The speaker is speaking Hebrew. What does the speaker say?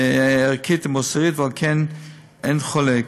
ערכית ומוסרית, ועל כך אין חולק.